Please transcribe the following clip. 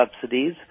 subsidies